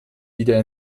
wieder